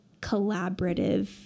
collaborative